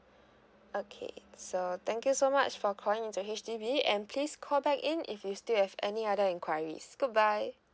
okay so thank you so much for calling into H_D_B and please call back in if you still have any other enquiries good bye